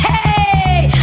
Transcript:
Hey